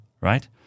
Right